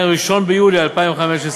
1 ביולי 2015,